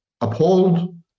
uphold